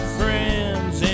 friends